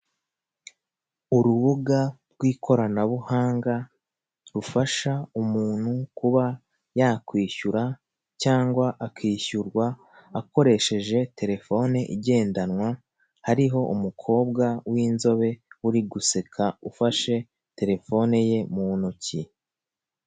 Urubuga rw'ikoranabuhanga, rufasha umuntu kuba yakishyura cyangwa akishyurwa akoresheje telefone igendanwa, hariho umukobwa w'inzobe uri guseka ufashe telefone ye mu ntoki.